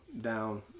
down